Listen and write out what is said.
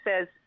says